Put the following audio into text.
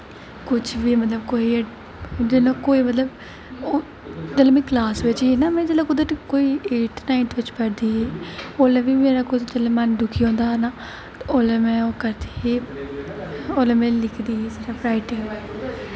कुछ बी मतलब कोई जेल्लै कोई मतलब जेल्लै में क्लॉस बिच ही ना जेल्लै में कोई एटथ नाइन्थ बिच पढ़दी ही ओल्लै बी मेरा कुदै जेल्लै मेरा मन दुखी होंदा हा ना ते ओल्लै में ओह् करदी ही ओल्लै में लिखदी ही सिर्फ राइटिंग